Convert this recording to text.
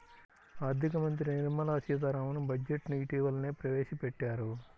ఆర్ధిక మంత్రి నిర్మలా సీతారామన్ బడ్జెట్ ను ఇటీవలనే ప్రవేశపెట్టారు